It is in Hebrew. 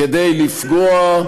כדי לפגוע.